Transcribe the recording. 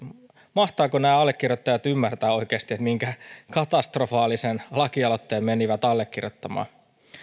mahtavatko nämä allekirjoittajat ymmärtää oikeasti minkä katastrofaalisen lakialoitteen menivät allekirjoittamaan